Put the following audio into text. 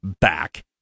back